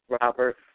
Robert